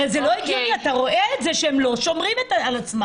הרי זה לא הגיוני, הם לא שומרים על עצמם.